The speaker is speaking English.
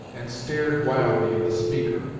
and stared wildly at the speaker.